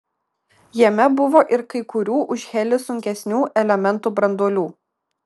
jame buvo ir kai kurių už helį sunkesnių elementų branduolių